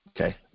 Okay